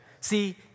See